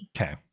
Okay